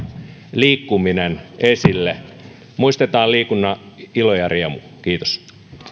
liikkuminen esille muistetaan liikunnan ilo ja riemu kiitos